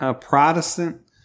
Protestant